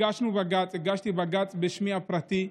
הגשנו בג"ץ, הגשתי בג"ץ בשמי הפרטי,